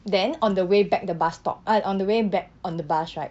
then on the way back the bus stop ah on the way back on the bus right